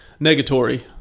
Negatory